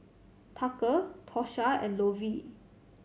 Tucker Tosha and Lovie